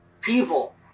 people